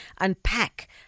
unpack